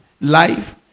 life